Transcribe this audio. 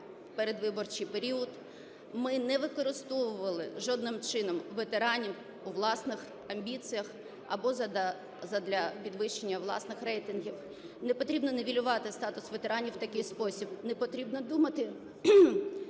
передвиборчій період, ми не використовували жодним чином ветеранів у власних амбіціях або задля підвищення власних рейтингів. Не потрібно нівелювати статус ветеранів в такий спосіб, не потрібно думати,